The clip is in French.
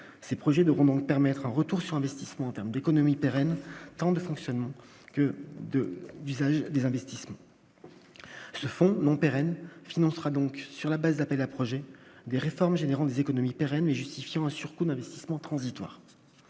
ces projets devront donc permettre un retour sur investissement, en terme de économies pérenne tant de fonctionnement que 2 visages des investissements se font non pérenne financera donc sur la base d'appel à projets des réformes, générant des économies pérennes et justifiant un surcoût d'investissement transitoire